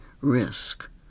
risk